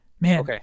Man